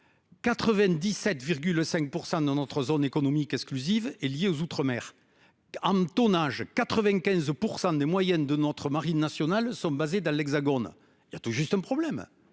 97,5% dans notre zone économique exclusive est lié aux Outre-mer. Hampton 95% des moyennes de notre Marine nationale sont basés dans l'Hexagone. Il y a tout juste un problème